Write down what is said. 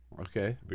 Okay